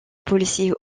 policiers